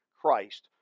Christ